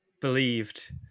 believed